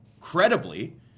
credibly